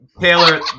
Taylor